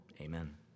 Amen